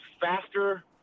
faster